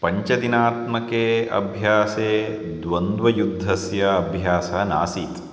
पञ्चदिनात्मके अभ्यासे द्वन्द्वयुद्धस्य अभ्यासः नासीत्